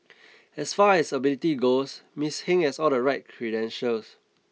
as far as ability goes Miss Hing has all the right credentials